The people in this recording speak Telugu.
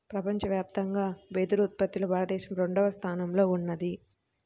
ప్రపంచవ్యాప్తంగా వెదురు ఉత్పత్తిలో భారతదేశం రెండవ స్థానంలో ఉన్నది